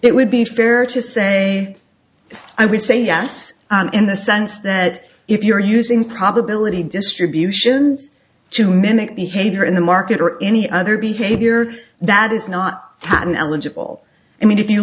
it would be fair to say i would say yes in the sense that if you're using probability distributions to mimic behavior in the market or any other behavior that is not an eligible i mean if you